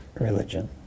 religion